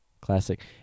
Classic